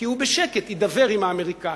כי הוא בשקט הידבר עם האמריקנים,